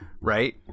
right